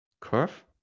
curve